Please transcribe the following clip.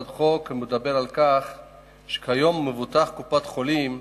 הצעת החוק מדברת על המצב שבו היום מבוטח קופת-חולים,